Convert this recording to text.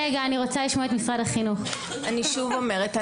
אני רוצה לשמוע את משרד החינוך.) אני שוב אומרת,